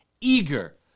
eager